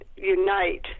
unite